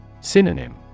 Synonym